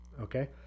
Okay